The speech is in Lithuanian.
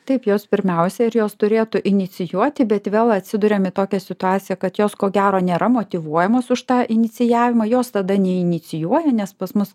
taip jos pirmiausia ir jos turėtų inicijuoti bet vėl atsiduriam į tokią situaciją kad jos ko gero nėra motyvuojamos už tą inicijavimą jos tada neinicijuoja nes pas mus